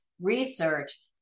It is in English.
research